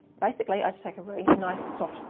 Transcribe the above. basically, i take a really nice, soft,